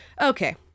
okay